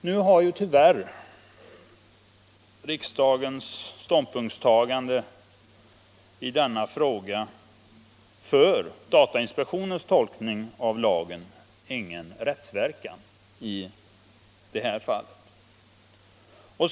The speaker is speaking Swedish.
Nu har tyvärr riksdagens ståndpunktstagande i den här frågan ingen rättsverkan när det gäller datainspektionens tolkning av lagen.